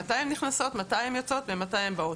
מתי הן נכנסות, מי הן יוצאות ומתי הן באות.